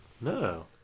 No